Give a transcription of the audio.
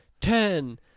ten-